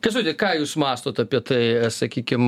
kęstuti ką jūs mąstot apie tai sakykim